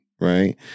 Right